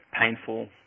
painful